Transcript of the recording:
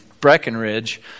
Breckenridge